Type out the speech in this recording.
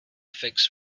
fix